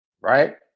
Right